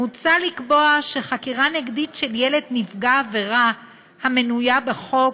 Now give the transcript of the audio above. מוצע לקבוע שחקירה נגדית של ילד נפגע עבירה המנויה בחוק,